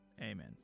Amen